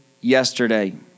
yesterday